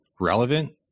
relevant